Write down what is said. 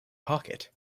pocket